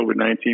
COVID-19